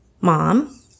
mom